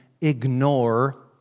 ignore